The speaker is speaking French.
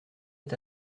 est